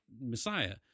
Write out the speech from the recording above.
Messiah